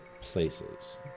Places